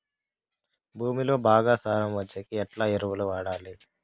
భూమిలో బాగా సారం వచ్చేకి ఎట్లా ఎరువులు వాడాలి?